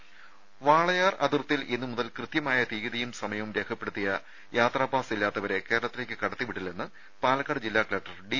രുദ വാളയാർ അതിർത്തിയിൽ ഇന്നുമുതൽ കൃത്യമായ തീയതിയും സമയവും രേഖപ്പെടുത്തിയ യാത്രാ പാസ് ഇല്ലാത്തവരെ കേരളത്തിലേക്ക് കടത്തിവിടില്ലെന്ന് പാലക്കാട് ജില്ലാ കലക്ടർ ഡി